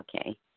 Okay